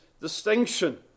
distinction